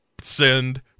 Send